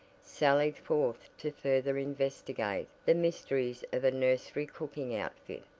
sallied forth to further investigate the mysteries of a nursery cooking outfit,